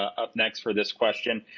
up next for this question.